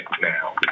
now